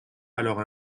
alors